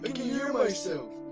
but can hear myself.